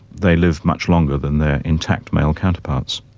they live much longer than their intact male counterparts.